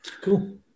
Cool